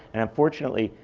and unfortunately,